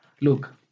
Look